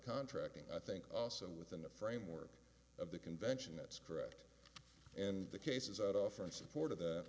contracting i think also within the framework of the convention that's correct and the cases i'd offer in support of that